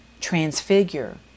transfigure